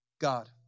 God